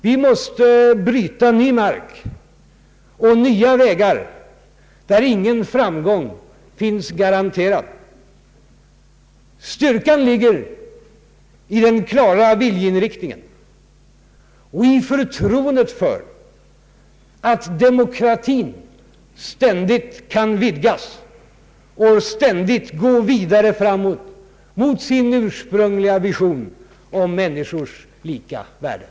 Vi måste bryta ny mark och nya vägar där ingen framgång finns garanterad. Styrkan ligger i den klara viljeinriktningen och i förtroendet för att demokratin ständigt kan vidgas och ständigt gå vidare framåt mot sin ursprungliga vision om människors lika värde.